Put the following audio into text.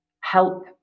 help